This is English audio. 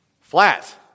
Flat